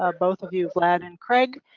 ah both of you, vlad and craig.